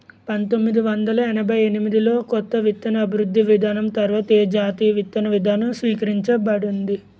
పంతోమ్మిది వందల ఎనభై ఎనిమిది లో కొత్త విత్తన అభివృద్ధి విధానం తర్వాత ఏ జాతీయ విత్తన విధానం స్వీకరించబడింది?